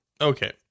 Okay